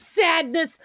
sadness